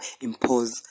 impose